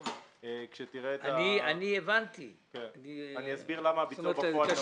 אני אסביר למה הביצוע בפועל נמוך.